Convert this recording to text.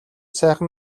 сайхан